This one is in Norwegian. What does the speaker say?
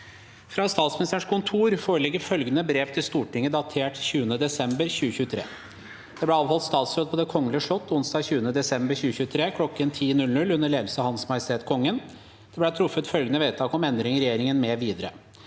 Fra Statsministerens kontor foreligger følgende brev til Stortinget, datert 20. desember 2023: «Det ble avholdt statsråd på Det kongelige slott onsdag 20. desember 2023 kl. 10.00 under ledelse av Hans Majestet Kongen. Det ble truffet følgende vedtak om endringer i regjeringen mv.: